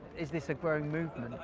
is this a growing movement?